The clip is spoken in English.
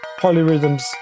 polyrhythms